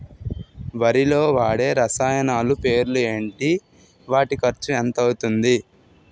వరిలో వాడే రసాయనాలు పేర్లు ఏంటి? వాటి ఖర్చు ఎంత అవతుంది?